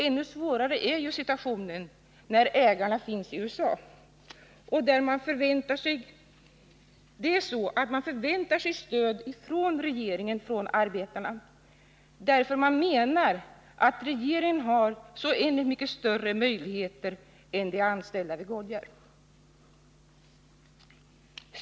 Situationen blir ännu svårare när ägarna finns i USA. Arbetarna förväntar sig nu ett stöd från regeringen. Man anser att regeringen har så oändligt mycket större möjligheter än de anställda vid Goodyear.